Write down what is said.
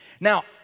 Now